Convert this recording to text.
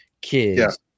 kids